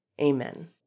Amen